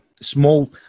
Small